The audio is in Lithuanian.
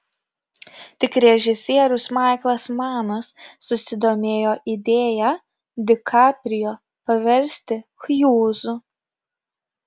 tik režisierius maiklas manas susidomėjo idėja di kaprijo paversti hjūzu